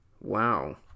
Wow